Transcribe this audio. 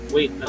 Wait